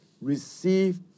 receive